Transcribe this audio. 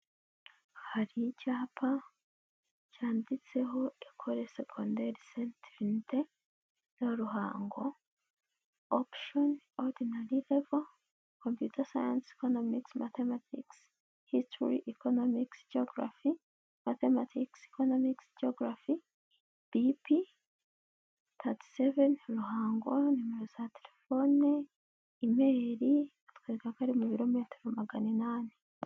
Hari icyapa cyanditseho" Ecole Secondaire Sainte Trinité de Ruhango" , option: - Ordinary Level, -Computer science, -Economics -Mathematics - History - Economics-Geography - Mathematics- Economics - Geography B.P. 37 Ruhango Numero za telefone, E-mail Hatwereka ko ari mu birometero magana inani.